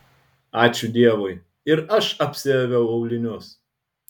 ačiū dievui ir aš apsiaviau aulinius